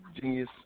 genius